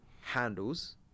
handles